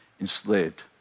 enslaved